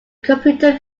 computer